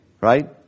right